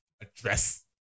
address